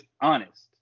honest